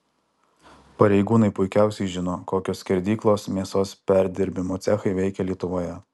pareigūnai puikiausiai žino kokios skerdyklos mėsos perdirbimo cechai veikia lietuvoje